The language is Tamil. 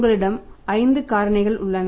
உங்களிடம் 5 காரணிகள் உள்ளன